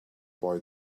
boy